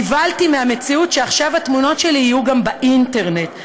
נבהלתי מהמציאות שעכשיו התמונות שלי יהיו גם באינטרנט,